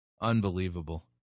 Unbelievable